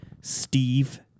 Steve